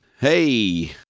Hey